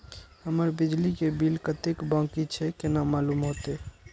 हमर बिजली के बिल कतेक बाकी छे केना मालूम होते?